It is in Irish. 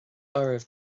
oraibh